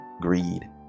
greed